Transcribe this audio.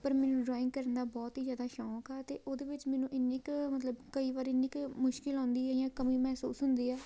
ਪਰ ਮੈਨੂੰ ਡਰੋਇੰਗ ਕਰਨ ਦਾ ਬਹੁਤ ਹੀ ਜ਼ਿਆਦਾ ਸ਼ੌਂਕ ਆ ਅਤੇ ਉਹਦੇ ਵਿੱਚ ਮੈਨੂੰ ਇੰਨੀ ਕੁ ਮਤਲਬ ਕਈ ਵਾਰ ਇੰਨੀ ਕੁ ਮੁਸ਼ਕਿਲ ਆਉਂਦੀ ਹੈ ਜਾਂ ਕਮੀ ਮਹਿਸੂਸ ਹੁੰਦੀ ਹੈ